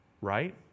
right